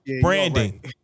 branding